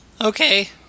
okay